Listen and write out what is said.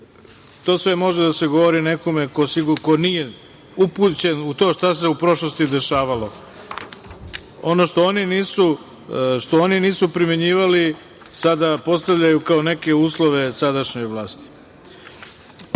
To sve može da se govori nekome ko nije upućen u to šta se u prošlosti dešavalo. Ono što oni nisu primenjivali sada postavljaju kao neke uslove sadašnjoj vlasti. Ovo